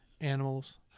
animals